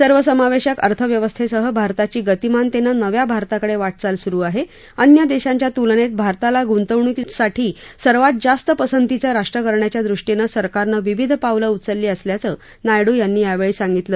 सर्वसमावेशक अर्थव्यवस्थेसह भारताची गतिमानतेनं नव्या भारताकडे वाटचाल सुरु आहे अन्य देशांच्या तुलनेत भारताला गुंतवणुकीसाठी सर्वात जास्त पसंतीचं राष्ट्र करण्याच्या दृष्टीनं सरकारनं विविध पावलं उचलली असल्याचं नायडू यांनी यावेळी सांगितलं